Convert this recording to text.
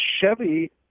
Chevy